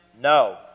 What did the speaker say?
No